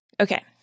Okay